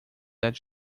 that